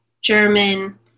German